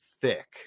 thick